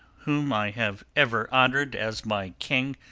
whom i have ever honour'd as my king,